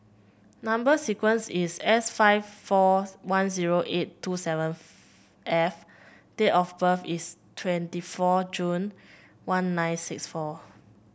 number sequence is S five four one zero eight two seven F date of birth is twenty four June one nine six four